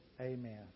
amen